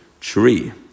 tree